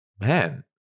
man